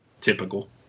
Typical